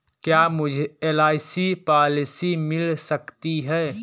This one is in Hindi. क्या मुझे एल.आई.सी पॉलिसी मिल सकती है?